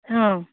অঁ